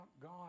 God